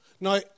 Now